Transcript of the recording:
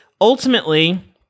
ultimately